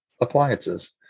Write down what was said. appliances